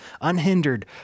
unhindered